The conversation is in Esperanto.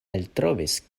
eltrovis